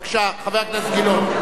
בבקשה, חבר הכנסת גילאון.